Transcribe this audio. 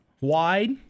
wide